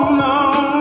no